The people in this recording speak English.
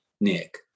Nick